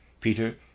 Peter